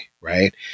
right